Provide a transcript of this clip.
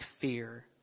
fear